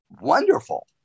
wonderful